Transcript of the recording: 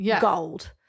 gold